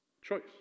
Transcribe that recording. Choice